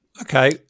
Okay